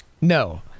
No